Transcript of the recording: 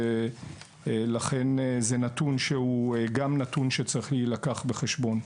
ולכן זהו נתון שגם צריך להילקח בחשבון.